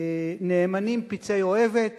נאמנים פצעי אוהבת